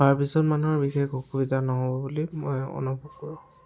তাৰপিছত মানুহৰ বিশেষ অসুবিধা নহ'ব বুলি মই অনুভৱ কৰোঁ